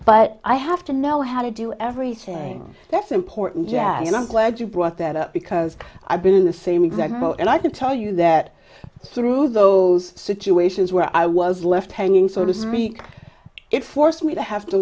but i have to know how to do everything that's important jack and i'm glad you brought that up because i've been in the same exact boat and i can tell you that through those situations where i was left hanging so to speak it forced me to have to